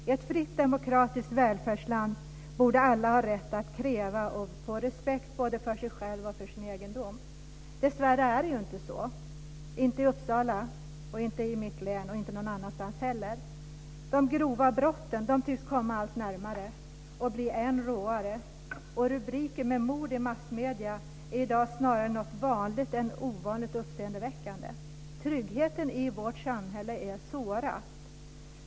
I ett fritt, demokratiskt välfärdsland borde alla ha rätt att kräva och få respekt både för sig själv och för sin egendom. Dessvärre är det inte så - inte i Uppsala, inte i mitt län och inte någon annanstans heller. De grova brotten tycks komma allt närmare och bli än råare. Rubriker om mord i massmedierna är i dag snarare vanligt än ovanligt och uppseendeväckande. Tryggheten i vårt samhälle är sårad.